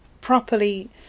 Properly